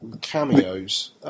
Cameos